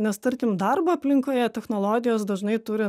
nes tarkim darbo aplinkoje technologijos dažnai turi